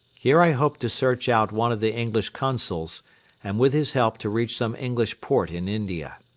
here i hoped to search out one of the english consuls and with his help to reach some english port in india.